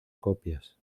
copias